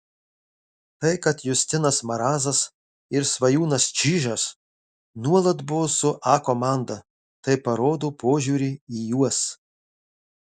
tai kad justinas marazas ir svajūnas čyžas nuolat buvo su a komanda tai parodo požiūrį į juos